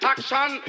Action